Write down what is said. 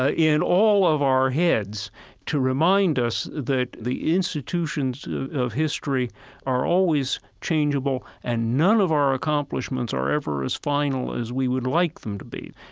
ah in all of our heads to remind us that the institutions of history are always changeable and none of our accomplishments are ever as final as we would like them to be.